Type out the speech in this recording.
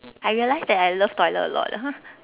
I realize that I love toilet a lot ah